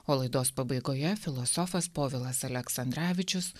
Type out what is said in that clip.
o laidos pabaigoje filosofas povilas aleksandravičius